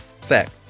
sex